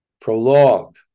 prolonged